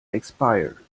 expire